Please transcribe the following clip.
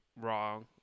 wrong